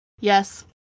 Yes